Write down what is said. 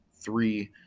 three